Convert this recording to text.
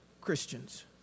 Christians